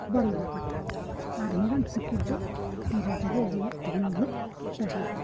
ᱵᱟᱝ ᱵᱟᱵᱟᱫᱟ ᱟᱨ ᱦᱤᱨᱚᱢ ᱥᱤᱠᱤᱲ ᱫᱚ ᱛᱤᱨᱮ ᱡᱩᱜᱮ ᱡᱮᱣᱮᱛ ᱛᱟᱦᱮᱱ ᱵᱷᱳᱨ ᱛᱟᱦᱮᱸᱭᱮᱱᱟ